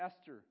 Esther